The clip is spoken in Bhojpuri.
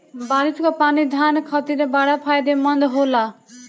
बारिस कअ पानी धान खातिर बड़ा फायदेमंद होला